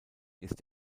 ist